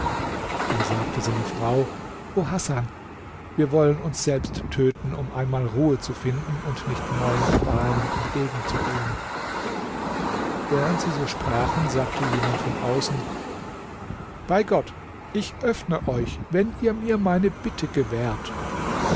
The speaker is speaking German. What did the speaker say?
da sagte seine frau o hasan wir wollen uns selbst töten um einmal ruhe zu finden und nicht neuen qualen entgegenzugehen während sie so sprachen sagte jemand von außen bei gott ich öffne euch wenn ihr mir meine bitte gewährt